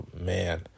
man